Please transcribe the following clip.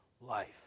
life